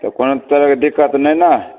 तऽ कोनो तरहके दिक्कत नहि ने